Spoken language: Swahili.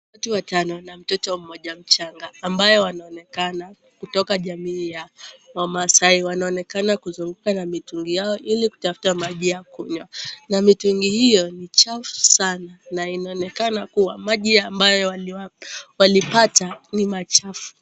Watu watano na mtoto mtoto mmoja mchanga ambaye wanaonekana kutoka jamii ya wamaasai wanaonekana kuzunguka na mitungi yao ili kutafuta maji ya kunywa na mitungi hiyo ni chafu sana na inaonekana kuwa maji ambayo walipata ni machafu.